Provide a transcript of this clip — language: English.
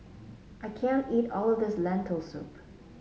I can't eat all of this Lentil Soup